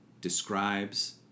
describes